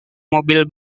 mobil